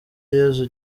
yezu